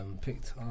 picked